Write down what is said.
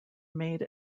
made